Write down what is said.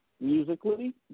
musically